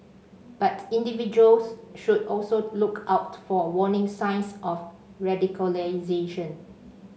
but individuals should also look out for warning signs of radicalisation